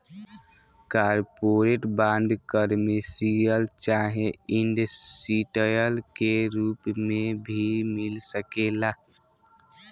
corporate bond, commercial चाहे industrial के रूप में भी मिल सकेला